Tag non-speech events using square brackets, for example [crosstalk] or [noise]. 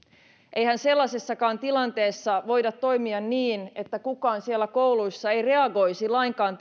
eihän sellaisessakaan tilanteessa voida toimia niin että kukaan koulussa ei reagoisi lainkaan [unintelligible]